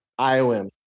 IOM